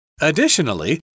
Additionally